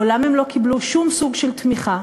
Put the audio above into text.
מעולם הן לא קיבלו שום סוג של תמיכה,